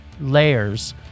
layers